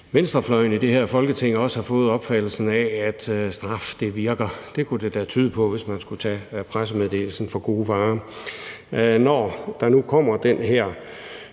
venstrefløjen i det her Folketing også har fået opfattelsen af, at straf virker; det kunne det da tyde på, hvis man skulle tage pressemeddelelsen for gode varer. Når der nu kommer det her